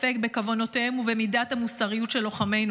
בכוונותיהם ובמידת המוסריות של לוחמינו,